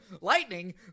Lightning